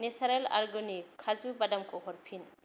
Natureland अर्गेनिक्सनि खाजु बादामखौ हरफिन